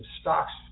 stocks